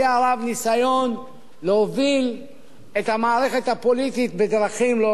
ניסיון להוביל את המערכת הפוליטית בדרכים לא ראויות.